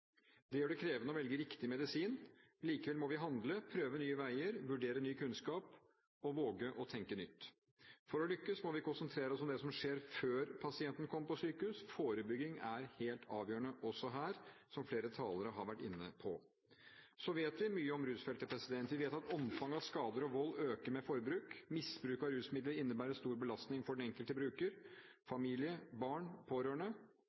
Det gjør det krevende å velge riktig medisin. Likevel må vi handle, prøve nye veier, vurdere ny kunnskap og våge å tenke nytt. For å lykkes må vi konsentrere oss om det som skjer før pasienten kommer på sykehus. Forebygging er helt avgjørende også her, som flere talere har vært inne på. Vi vet mye om rusfeltet. Vi vet at omfanget av skader og vold øker med forbruk misbruk av rusmidler innebærer en stor belastning for den enkelte bruker, familie, barn og pårørende